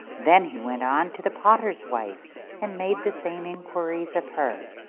then he went on to the potter's wife and made the same inquiries of her.